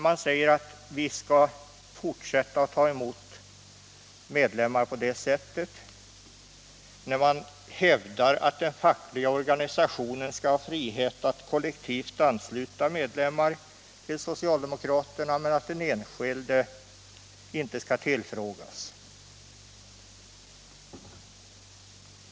Man säger att man skall fortsätta att ta emot medlemmar på detta sätt, man hävdar att den fackliga organisationen skall ha frihet att kollektivt ansluta medlemmar till socialdemokraterna men att den enskilde inte skall tillfrågas.